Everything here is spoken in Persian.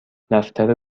دفتر